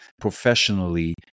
professionally